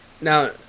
Now